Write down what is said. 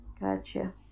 gotcha